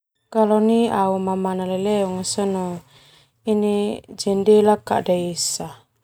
Nai au mamana leleo nga sona ini jendela kada esa.